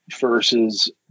versus